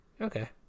Okay